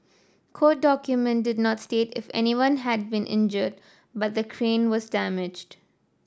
court document did not state if anyone had been injured but the crane was damaged